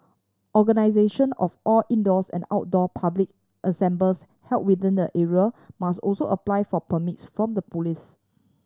organization of all indoors and outdoor public assemblies held within the area must also apply for permits from the police